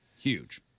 huge